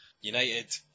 United